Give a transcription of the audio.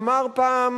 אמר פעם